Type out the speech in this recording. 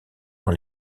dans